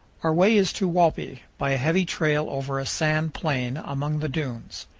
our way is to walpi, by a heavy trail over a sand plain, among the dunes.